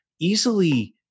easily